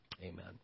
amen